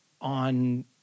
on